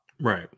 right